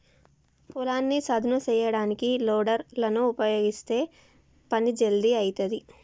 పొలాన్ని సదును చేయడానికి లోడర్ లను ఉపయీగిస్తే పని జల్దీ అయితది